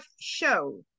show